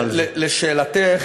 לשאלתך.